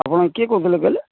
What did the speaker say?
ଆପଣ କିଏ କହୁଥିଲେ କହିଲେ